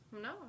No